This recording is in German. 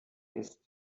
ist